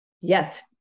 yes